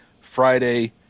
friday